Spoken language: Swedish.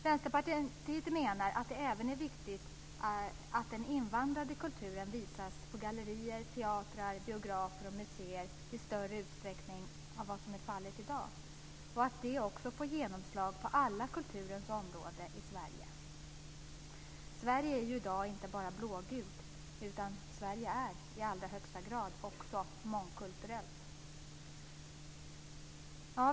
Vänsterpartiet menar att det även är viktigt att den invandrade kulturen visas på gallerier, teatrar, biografer och museer i större utsträckning än vad som är fallet i dag och att det får genomslag på alla kulturens områden i Sverige. Sverige är i dag inte bara är blågult utan i allra högsta grad också mångkulturellt.